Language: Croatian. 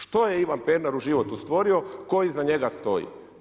Što je Ivan Pernar u životu stvorio, tko iza njega stoji?